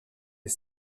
les